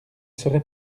serait